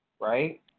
right